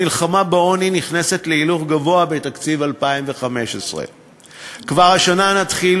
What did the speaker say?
המלחמה בעוני נכנסת להילוך גבוה בתקציב 2015. כבר השנה נתחיל